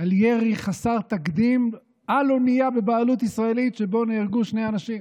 על ירי חסר תקדים על אונייה בבעלות ישראלית שבו נהרגו שני אנשים.